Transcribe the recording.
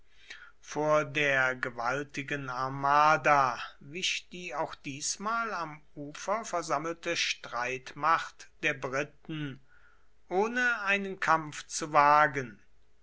vor der gewaltigen armada wich die auch diesmal am ufer versammelte streitmacht der briten ohne einen kampf zu wagen